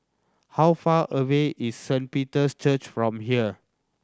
how far away is Saint Peter's Church from here